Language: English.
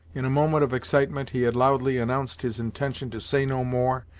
in a moment of excitement, he had loudly announced his intention to say no more,